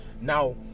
now